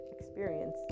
experience